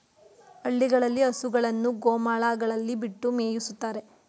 ಹಳ್ಳಿಗಳಲ್ಲಿ ಹಸುಗಳನ್ನು ಗೋಮಾಳಗಳಲ್ಲಿ ಬಿಟ್ಟು ಮೇಯಿಸುತ್ತಾರೆ